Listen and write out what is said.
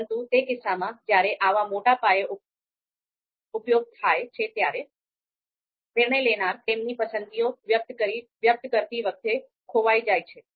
પરંતુ તે કિસ્સામાં જ્યારે આવા મોટા પાયે ઉપયોગ થાય છે ત્યારે નિર્ણય લેનાર તેમની પસંદગીઓ વ્યક્ત કરતી વખતે ખોવાઈ જાય છે